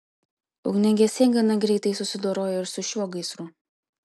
ugniagesiai gana greitai susidorojo ir su šiuo gaisru